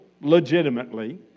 legitimately